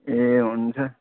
ए हुन्छ